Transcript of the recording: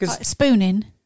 spooning